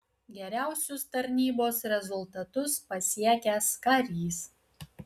geriausius tarnybos rezultatus pasiekęs karys